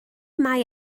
mai